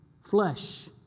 flesh